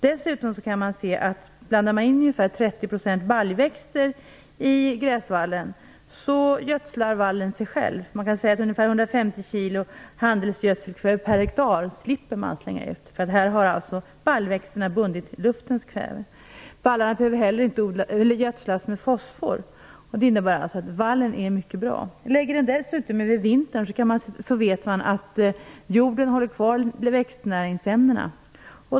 Dessutom: Blandar man in ungefär 30 % baljväxter i gräsvallen, så gödslar vallen sig själv. Ungefär 150 kg handelsgödselkväve slipper man slänga ut per hektar. Här har baljväxterna bundit luftens kväve. Vallarna behöver heller inte gödslas med fosfor. Det innebär att vallen är mycket bra. Ligger den dessutom över vintern så vet man att jorden håller kvar växtnäringsämnena.